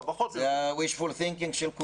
לכך שאף ילד לא ייפגע עומדת בראש ובראשונה לנגד עינינו.